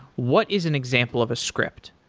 what is an example of a script?